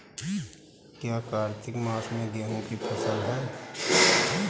क्या कार्तिक मास में गेहु की फ़सल है?